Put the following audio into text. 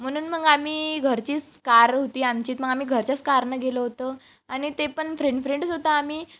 म्हणून मग आम्ही घरचीच कार होती आमची मग आम्ही घरच्याच कारने गेलो होतो आणि ते पण फ्रेंड फ्रेंडच होतो आम्ही